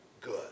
good